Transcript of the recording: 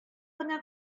кына